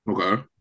Okay